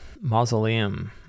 Mausoleum